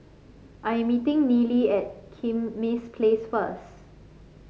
I am meeting Neely at Kismis Place first